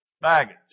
Baggage